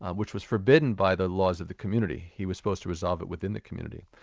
um which was forbidden by the laws of the community. he was supposed to resolve it within the community.